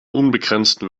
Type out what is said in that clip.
unbegrenzten